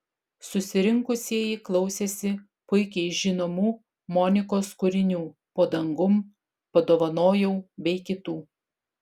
susirinkusieji klausėsi puikiai žinomų monikos kūrinių po dangum padovanojau bei kitų